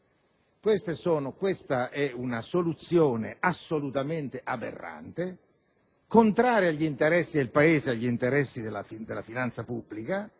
tratta di una soluzione assolutamente aberrante, contraria agli interessi del Paese e della finanza pubblica